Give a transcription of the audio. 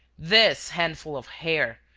this handful of hair,